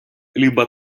либо